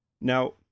now